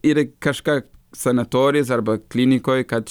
ir kažką sanatorijos arba klinikoj kad